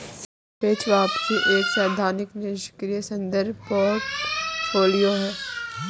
सापेक्ष वापसी एक सैद्धांतिक निष्क्रिय संदर्भ पोर्टफोलियो है